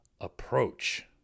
approach